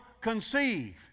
conceive